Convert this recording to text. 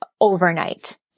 overnight